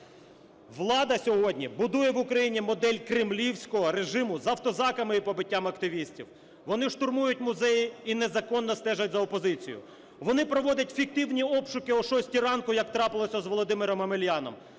Влада сьогодні будує в Україні модель кремлівського режиму з автозаками і побиттям активістів. Вони штурмують музеї і незаконно стежать за опозицією. Вони проводять фіктивні обшуки о 6 ранку, як трапилося з Володимиром Омеляном.